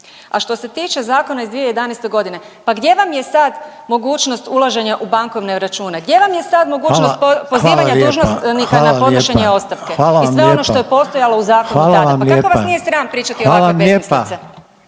A što se tiče Zakona iz 2011. godine, pa gdje vam je sada mogućnost ulaženja u bankovne račune? Gdje vam je sada mogućnost pozivanje dužnosnika na podnošenje ostavke? **Reiner, Željko (HDZ)** Hvala vam lijepa, hvala vam lijepa.